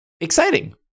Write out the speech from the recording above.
exciting